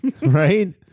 right